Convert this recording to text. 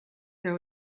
there